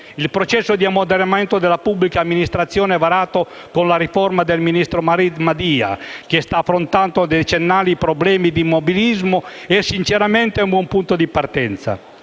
il processo di ammodernamento della pubblica amministrazione, varato con la riforma del ministro Madia, che sta affrontando decennali problemi di immobilismo è sinceramente un buon punto di partenza.